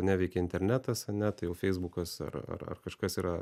neveikia internetas ane tai jau feisbukas ar ar kažkas yra